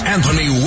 Anthony